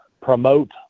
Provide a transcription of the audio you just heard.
promote